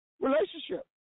relationship